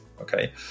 okay